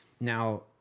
Now